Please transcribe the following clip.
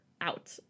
Out